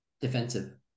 defensive